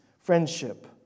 friendship